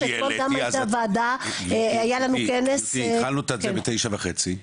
תראי התחלנו את זה ב-09:30.